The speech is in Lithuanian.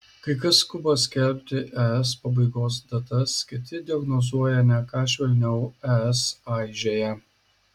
kai kas skuba skelbti es pabaigos datas kiti diagnozuoja ne ką švelniau es aižėja